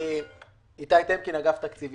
אתחיל